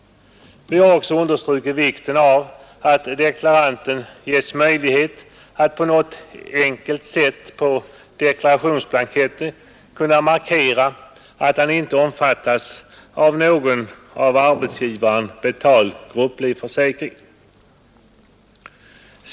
Vi har också understrukit vikten av att deklaranten ges möjlighet att på något enkelt sätt på deklarationsblanketten kunna markera att han inte omfattas av någon av arbetsgivaren betald grupplivförsäkring.